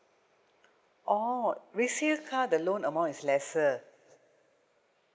orh resale car the loan amount is lesser